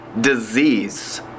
disease